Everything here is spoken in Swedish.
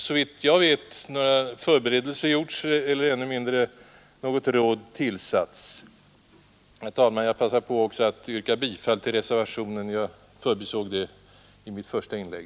Såvitt jag vet har ännu inga förberedelser gjorts eller ännu mindre något råd tillsatts. Herr talman! Jag passar också på att yrka bifall till reservationen. Jag förbisåg det i mitt första inlägg.